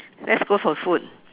let's go for food